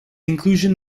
inclusion